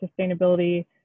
sustainability